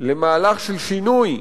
למהלך של שינוי,